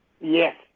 Yes